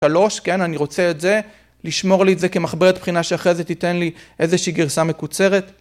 3 כן, אני רוצה את זה, לשמור לי את זה כמחברת מבחינה שאחרי זה תיתן לי איזושהי גרסה מקוצרת.